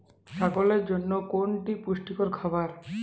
ছাগলের জন্য কোনটি পুষ্টিকর খাবার?